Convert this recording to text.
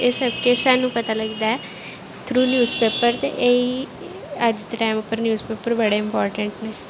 एह् सब किश सानूं पता लगदा ऐ थ्रू न्यूज़ पेपर दे एह् ई कि अज्ज दे टैम उप्पर न्यूज़ पेपर बड़े इम्पार्टेंट न